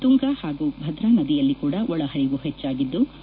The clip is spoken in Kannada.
ತುಂಗಾ ಹಾಗು ಭದ್ರಾ ನದಿಯಲ್ಲಿ ಕೂಡ ಒಳ ಪರಿವು ಹೆಚ್ಚಾಗಿದ್ಲು